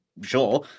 sure